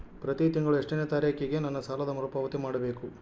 ಪ್ರತಿ ತಿಂಗಳು ಎಷ್ಟನೇ ತಾರೇಕಿಗೆ ನನ್ನ ಸಾಲದ ಮರುಪಾವತಿ ಮಾಡಬೇಕು?